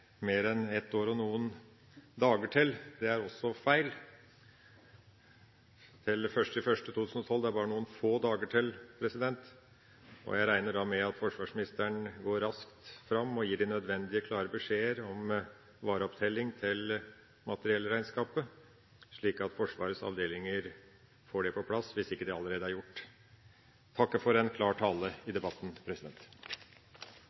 mer enn ett år og noen dager til. Det er også feil; 1. januar 2012 er det bare noen få dager til. Jeg regner da med at forsvarsministeren går raskt fram og gir de nødvendige og klare beskjeder om vareopptelling til materiellregnskapet, slik at Forsvarets avdelinger får det på plass, hvis ikke det allerede er gjort. Jeg takker for en klar tale i